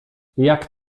jak